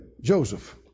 Joseph